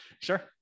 Sure